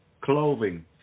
clothing